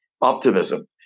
optimism